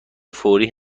فوری